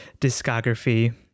discography